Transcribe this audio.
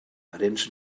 parents